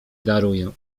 daruję